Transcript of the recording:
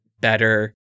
better